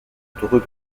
dreux